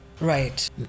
right